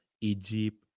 Egypt